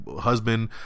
husband